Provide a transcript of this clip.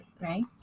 right